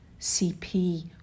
CP